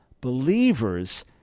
believers